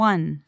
One